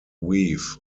weave